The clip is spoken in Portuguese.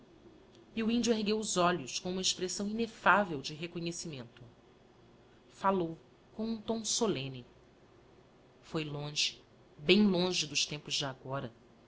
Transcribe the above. e o índio ergueu os olhos com uma expresso ineflfavel de reconhecimento fallou com um tom solemne foi longe bem longe dos tempos de agora